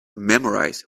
memorize